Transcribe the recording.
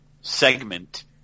segment